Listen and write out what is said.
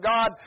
God